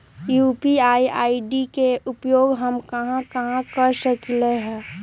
UPI ID के उपयोग हम कहां कहां कर सकली ह?